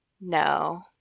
No